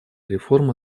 реформа